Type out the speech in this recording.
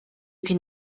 can